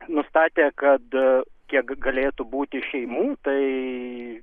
nustatė kad kiek galėtų būti šeimų tai